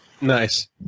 Nice